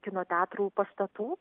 kino teatrų pastatų